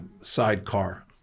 sidecar